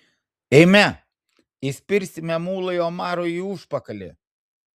eime įspirsime mulai omarui į užpakalį